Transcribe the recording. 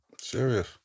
Serious